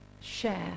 share